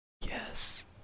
Yes